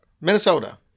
Minnesota